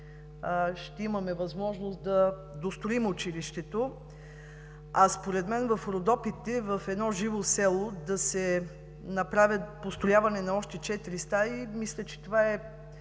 ще имаме възможност да достроим училището. Според мен в Родопите, в едно живо село да се направи построяване на още четири стаи, мисля, че това е